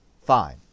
Fine